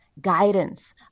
guidance